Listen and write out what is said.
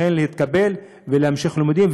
להתקבל ולהמשיך את הלימודים,